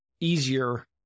easier